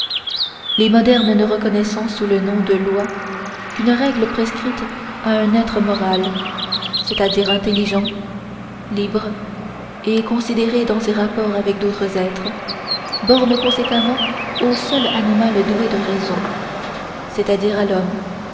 les modernes ne reconnaissant sous le nom de loi qu'une règle prescrite à un être moral c'est-à-dire intelligent libre et considéré dans ses rapports avec d'autres êtres bornent conséquemment au seul animal doué de raison c'est-à-dire à l'homme